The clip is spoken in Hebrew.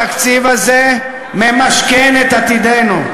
התקציב הזה ממשכן את עתידנו.